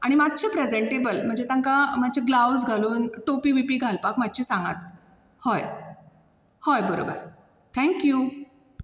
आनी मात्शे प्रेजेंटेबल म्हणजे तांकां मात्शे ग्लावज घालून टोपी बीपी बी घालपाक मात्शे सांगांत हय हय बरोबर थेंक यू